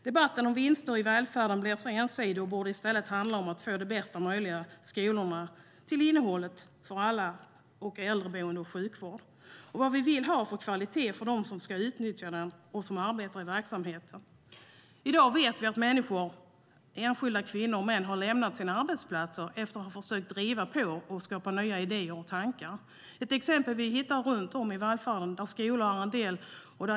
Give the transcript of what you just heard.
Debatten om vinster i välfärden blir ensidig och borde i stället handla om att få de bästa möjliga skolorna till innehållet för alla, få en god äldreomsorg och sjukvård och vad vi vill ha för kvalitet för dem som ska nyttja och för dem som arbetar i verksamheten. I dag vet vi att människor, enskilda kvinnor och män, har lämnat sina arbetsplatser efter att ha försökt driva på med nya idéer och tankar. Exempel kan vi hitta runt om i välfärden, där skolor är en del.